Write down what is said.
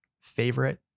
favorite